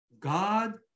God